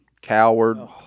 Coward